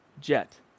jet